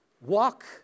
Walk